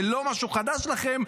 זה לא משהו חדש לכם.